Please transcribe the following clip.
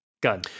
Gun